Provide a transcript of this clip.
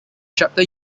chapter